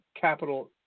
capital